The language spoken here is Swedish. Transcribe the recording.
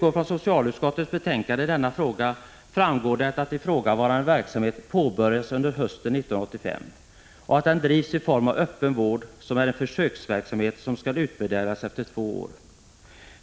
Av socialutskottets betänkande i denna fråga framgår att ifrågavarande verksamhet påbörjades under hösten 1985 och att den drivs i form av öppenvård som en försöksverksamhet som skall utvärderas efter två år.